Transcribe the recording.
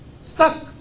stuck